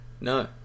No